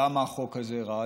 למה החוק הזה רע.